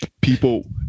people